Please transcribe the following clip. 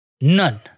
None